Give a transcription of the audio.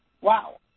Wow